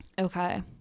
okay